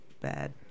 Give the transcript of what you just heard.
bad